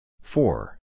Four